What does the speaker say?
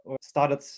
started